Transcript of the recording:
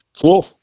Cool